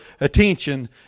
attention